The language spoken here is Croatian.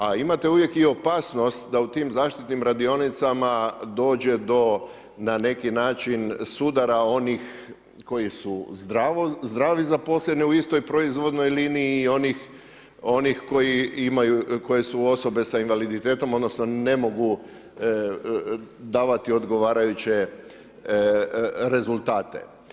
A imate uvijek i opasnost da u tim zaštitnim radionicama dođe do na neki način sudara onih koji su zdravi zaposleni u istoj proizvodnoj liniji i onih koji su osobe s invaliditetom odnosno ne mogu davati odgovarajuće rezultate.